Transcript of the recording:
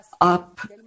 up